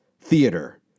theater